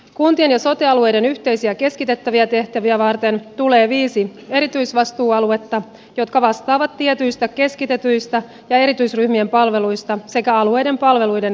kuntien ja sote alueiden yhteisiä keskitettäviä tehtäviä varten tulee viisi erityisvastuualuetta jotka vastaavat tietyistä keskitetyistä ja erityisryhmien palveluista sekä alueiden palvelujen koordinaatiotehtävistä